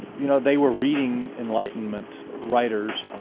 you know, they were reading enlightenment writers,